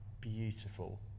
beautiful